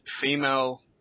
female